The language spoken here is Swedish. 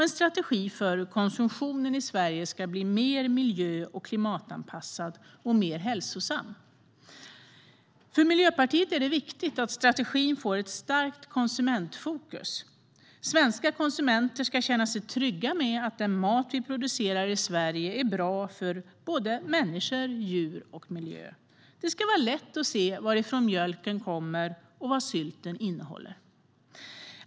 En strategi för konsumtionen i Sverige ska bli mer miljö och klimatanpassad och mer hälsosam. För Miljöpartiet är det viktigt att strategin får ett starkt konsumentfokus. Svenska konsumenter ska känna sig trygga med att den mat vi producerar i Sverige är bra för människor, djur och miljö. Det ska vara lätt att se varifrån mjölken kommer och vad sylten innehåller.